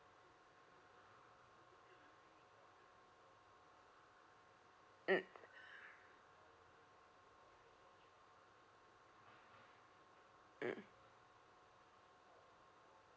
mm mm